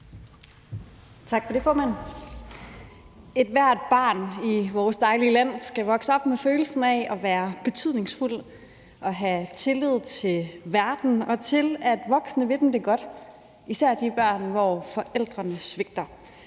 Tak for det, formand. Ethvert barn i vores dejlige land skal vokse op med følelsen af at være betydningsfuld og have tillid til verden og til, at voksne vil dem det godt, især i de tilfælde med børn, hvor forældrene svigter.